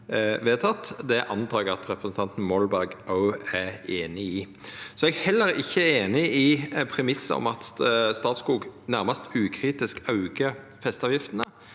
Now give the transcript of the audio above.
vedteke. Det antek eg at representanten Molberg òg er einig i. Eg er heller ikkje einig i premissen om at Statskog nærmast ukritisk aukar festeavgiftene.